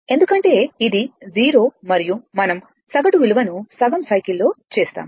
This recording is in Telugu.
ఎందుకంటే ఇది 0 మరియు మనం సగటు విలువను సగం సైకిల్ లో చేస్తాము